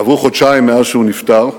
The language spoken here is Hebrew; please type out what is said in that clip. עברו חודשיים מאז שהוא נפטר,